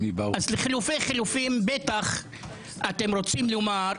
אז לחילופי חילופין בטח אתם רוצים לומר,